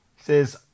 says